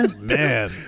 Man